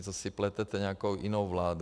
To si pletete s nějakou jinou vládou.